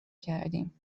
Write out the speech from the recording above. کردیم